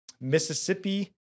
Mississippi